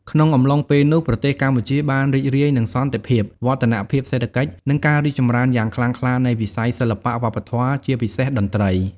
ក្នុងអំឡុងពេលនោះ ប្រទេសកម្ពុជាបានរីករាយនឹងសន្តិភាព វឌ្ឍនភាពសេដ្ឋកិច្ច និងការរីកចម្រើនយ៉ាងខ្លាំងក្លានៃវិស័យសិល្បៈ វប្បធម៌ ជាពិសេសតន្ត្រី ។